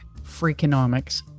Freakonomics